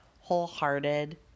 wholehearted